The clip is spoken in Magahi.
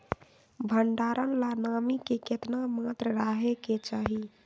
भंडारण ला नामी के केतना मात्रा राहेके चाही?